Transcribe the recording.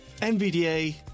NVDA